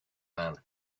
man